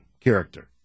character